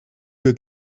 wir